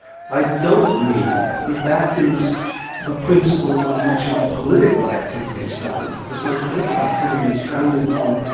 i don't mean that that is the principle on which my political activity is founded because my political activity is founded on